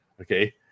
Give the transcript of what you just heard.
Okay